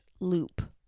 loop